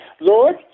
Lord